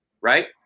right